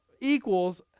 equals